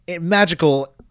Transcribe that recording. magical